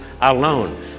alone